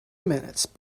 minutes